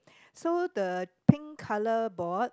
so the pink colour board